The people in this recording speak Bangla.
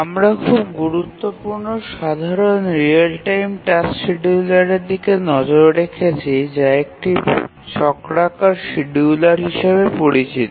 আমরা খুব গুরুত্বপূর্ণ কিন্ত সাধারণ রিয়েল টাইম টাস্ক শিডিয়ুলারের দিকে নজর রেখেছি যা একটি চক্রাকার শিডিয়ুলার হিসাবে পরিচিত